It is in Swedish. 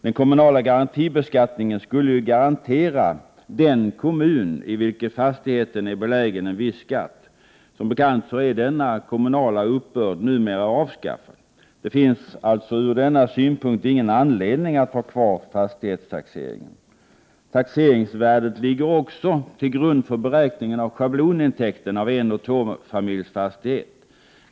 Den kommunala garantibeskattningen skulle ju garantera den kommun i vilken fastigheten är belägen en viss skatt. Som bekant är denna kommunala uppbörd numera avskaffad. Det finns således ur denna synpunkt ingen anledning att ha kvar fastighetstaxeringen. Taxeringsvärdet ligger också till grund för beräkningen av schablonintäkten av enoch tvåfamiljsfastighet.